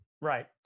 Right